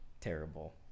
terrible